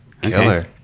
Killer